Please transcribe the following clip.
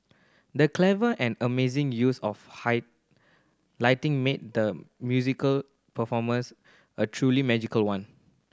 the clever and amazing use of high lighting made the musical performance a truly magical one